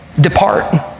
depart